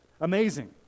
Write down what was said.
amazing